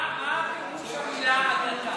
מה הפירוש של המילה "הדתה"?